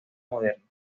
modernos